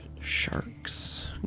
Sharks